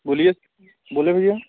बोलिए बोलें भैया